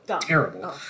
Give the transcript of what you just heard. terrible